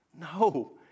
No